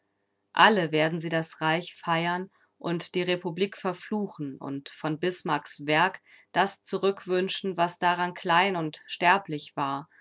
alle werden sie das reich feiern und die republik verfluchen und von bismarcks werk das zurückwünschen was daran klein und sterblich war